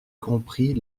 compris